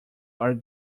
are